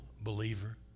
believer